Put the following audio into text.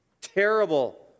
terrible